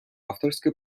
авторське